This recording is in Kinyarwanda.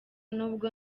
n’ubwo